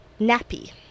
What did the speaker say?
Nappy